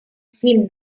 film